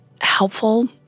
helpful